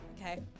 Okay